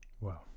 Wow